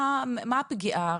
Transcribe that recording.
מה הפגיעה?